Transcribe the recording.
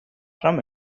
from